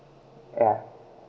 yeah